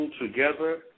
together